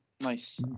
Nice